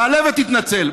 תעלה ותתנצל.